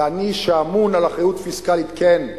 ואני, שאמון על אחריות פיסקלית, כן,